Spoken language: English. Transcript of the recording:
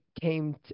came